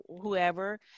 whoever